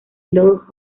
lord